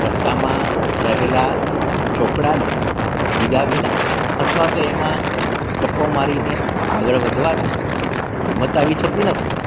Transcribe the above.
રસ્તામાં રહેલા ચોકડાને કુદ્યા વિના અથવા એમા ટપ્પો મારીને આગળ વધવાથી હિંમત આવી જતી નથી